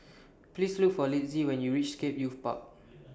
Please Look For Litzy when YOU REACH Scape Youth Park